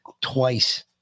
Twice